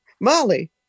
Molly